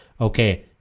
okay